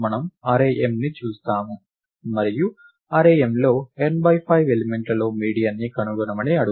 మనము అర్రే mని చూస్తాము మరియు అర్రే Mలో n 5 ఎలిమెంట్లలో మీడియన్ ని కనుగొనమని అడుగుతాము